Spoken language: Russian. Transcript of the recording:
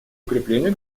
укрепления